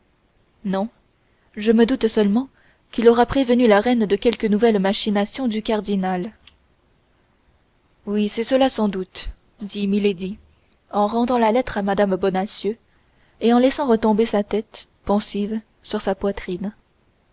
non je me doute seulement qu'il aura prévenu la reine de quelque nouvelle machination du cardinal oui c'est cela sans doute dit milady en rendant la lettre à mme bonacieux et en laissant retomber sa tête pensive sur sa poitrine